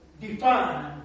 define